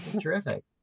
terrific